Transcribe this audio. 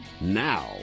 now